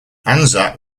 anzac